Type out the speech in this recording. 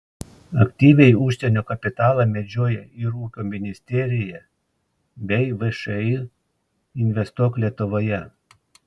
aktyviai užsienio kapitalą medžioja ir ūkio ministerija bei všį investuok lietuvoje